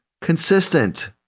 consistent